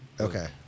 Okay